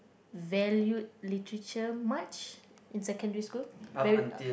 valued literature much in secondary school very